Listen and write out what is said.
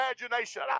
imagination